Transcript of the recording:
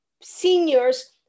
seniors